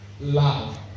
love